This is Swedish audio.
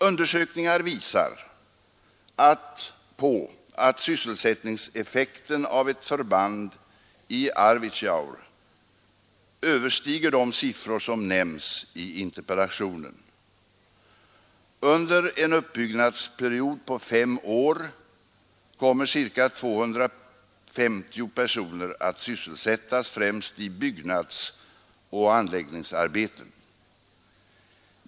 Undersökningar visar på att sysselsättningseffekten av ett förband i Arvidsjaur överstiger de siffror som nämns i interpellationen. Under en uppbyggnadsperiod på fem år kommer ca 250 personer att sysselsättas, främst i byggnadsoch anläggningsarbeten.